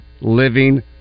living